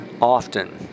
often